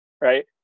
Right